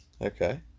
Okay